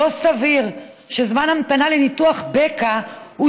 לא סביר שזמן המתנה לניתוח בקע הוא